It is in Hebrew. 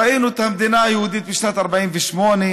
ראינו את המדינה היהודית בשנת 48',